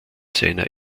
seiner